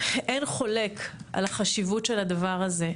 שאין חולק על החשיבות של הדבר הזה,